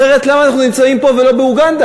אחרת למה אנחנו נמצאים פה ולא באוגנדה?